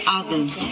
others